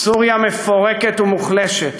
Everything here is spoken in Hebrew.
סוריה מפורקת ומוחלשת,